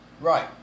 Right